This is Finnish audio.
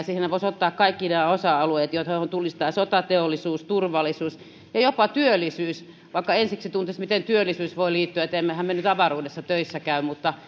siihenhän voisi ottaa kaikki nämä osa alueet joita olisivat sotateollisuus turvallisuus ja jopa työllisyys vaikka ensiksi tuntuisi että miten työllisyys voi tähän liittyä että emmehän me nyt avaruudessa töissä käy mutta